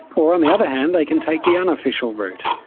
or on the other hand they can take the unofficial route,